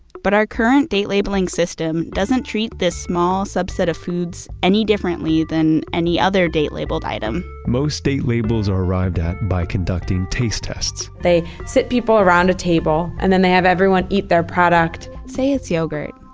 but our current date labeling system doesn't treat this small subset of foods any differently than any other date labeled item most state labels are arrived at by conducting taste tests they sit people around a table and then they have everyone eat their product say it's yogurt.